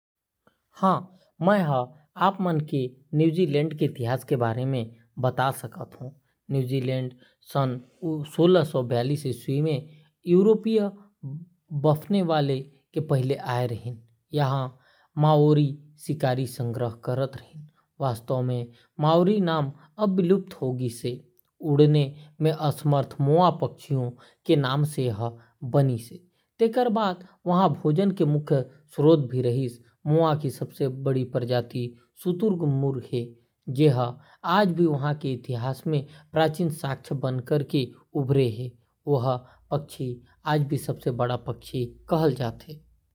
न्यूजीलैंड के मूल निवासी माओरी रिहिस। बताय जात हे कि ए मन एक हजार बछर पहिली पूर्वी प्रशांत ले डोंगी म पहुंचे रिहीन। नीदरलैंड के खोजकर्ता एबेल तस्मान ह सबले पहिली सोलह सौ के दशक म न्यूजीलैंड उपर पैर राखे रिहीन। कप्तान जेम्स कुक बछर सत्रह सौ उनसठ म न्यूजीलैंड आय रिहीन। अंग्रेज मन ह न्यूजीलैंड म बस्तियां स्थापित करीन। अठारह सौ चालीस म ब्रिटिश सरकार अउ माओरी मुखिया मनके बीच वैतांगी के संधि संपन्न होइस। न्यूजीलैंड के उल्लेख सबले पहिली बछर अट्ठारह सौ सत्रह म ब्रिटिश कानून म करे गे रिहीस।